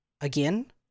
again